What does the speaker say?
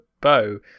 bow